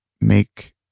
make